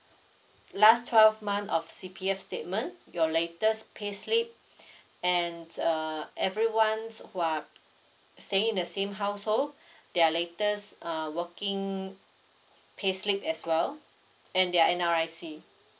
last twelve month of C_P_F statement your latest payslip and uh everyone's who are staying in the same household their latest uh working payslip as well and their N_R_I_C